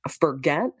forget